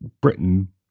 Britain